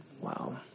Wow